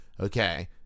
okay